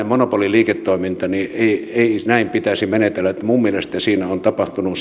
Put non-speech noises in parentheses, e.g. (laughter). (unintelligible) monopoliliiketoiminnassa ei näin pitäisi menetellä minun mielestäni siinä on tapahtunut (unintelligible)